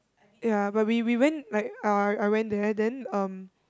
ya but we we went like uh I went there then um